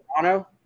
Toronto